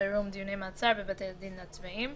חירום (דיוני מעצר בבתי הדין הצבאיים),